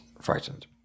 frightened